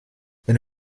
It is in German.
wenn